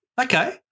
okay